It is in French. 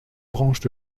branches